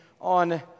on